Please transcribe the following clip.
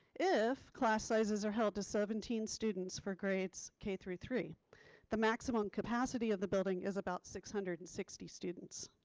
if class sizes are held to seventeen students for grades k through three the maximum capacity of the building is about six hundred and sixty students.